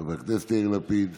חבר הכנסת יאיר לפיד.